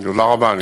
תודה רבה.